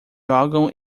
jogam